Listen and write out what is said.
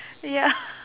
ya